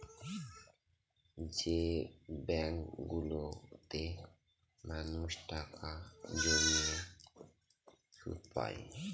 যে ব্যাঙ্কগুলোতে মানুষ টাকা জমিয়ে সুদ পায়